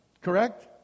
Correct